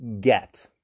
get